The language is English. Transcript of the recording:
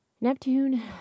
Neptune